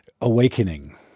awakening